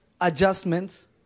adjustments